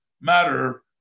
matter